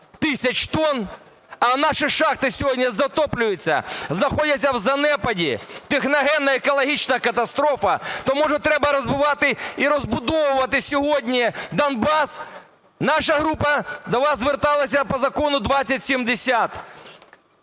тисяч тонн, а наші шахти сьогодні затоплюються, знаходяться в занепаді, техногенна екологічна катастрофа. То може треба розвивати і розбудовувати сьогодні Донбас? Наша група до вас зверталась по Закону 2070.